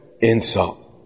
insult